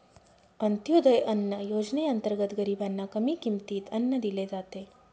अंत्योदय अन्न योजनेअंतर्गत गरीबांना कमी किमतीत अन्न दिले जाते